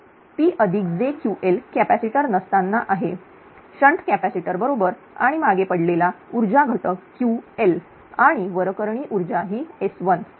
तर हे PjQl capacitor नसताना आहे शंट कॅपॅसिटर बरोबर आणि मागे पडलेला ऊर्जा घटक Ql आणि वरकरणी ऊर्जा ही S1 बरोबर